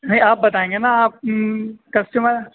نہیں آپ بتائیں گے نا آپ کسٹمر